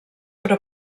però